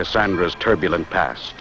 cassandra's turbulent past